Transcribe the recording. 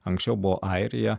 anksčiau buvo airija